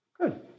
Good